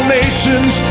nations